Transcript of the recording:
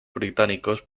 británicos